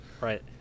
Right